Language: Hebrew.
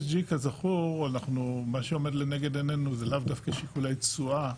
ESG כזכור מה שעומד לנגד עינינו זה לאו דווקא שיקולי תשואה,